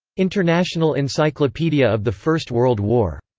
international encyclopedia of the first world war.